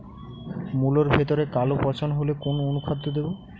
মুলোর ভেতরে কালো পচন হলে কোন অনুখাদ্য দেবো?